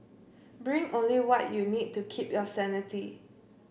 bring only what you need to keep your sanity